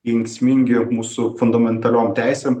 kenksmingi mūsų fundamentaliom teisėm